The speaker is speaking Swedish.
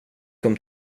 kom